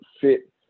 fit